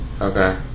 Okay